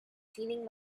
feeling